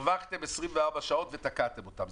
בשליחה שלהם לקונסוליות הרווחתם 24 שעות ותקעתם אותם.